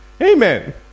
Amen